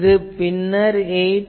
இது பின்னர் 8